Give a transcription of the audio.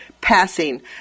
passing